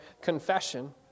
confession